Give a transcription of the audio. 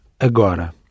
agora